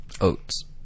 Oats